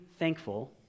Thankful